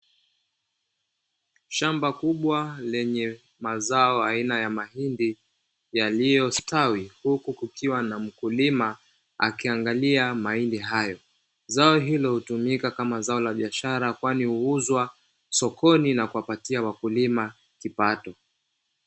Shamba kubwa lenye mazao aina ya mahindi yaliyostawi, huku kukiwa na mkulima akiangalia mahindi hayo. Zao hilo hutumika kama zao la biashara, kwani huuzwa sokoni na kuwapatia wakulima kipato.